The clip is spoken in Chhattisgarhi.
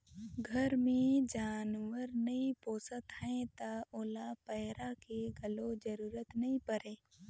घर मे जानवर नइ पोसत हैं त ओला पैरा के घलो जरूरत नइ परे